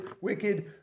wicked